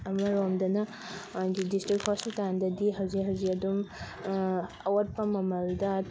ꯑꯃꯔꯣꯝꯗꯅ district ꯍꯣꯁꯄꯤꯇꯥꯜꯗꯗꯤ ꯍꯧꯖꯤꯛ ꯍꯧꯖꯤꯛ ꯑꯗꯨꯝ ꯑꯋꯥꯠꯄ ꯃꯃꯜꯗ